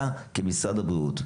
אתה יודע, כמשרד הבריאות,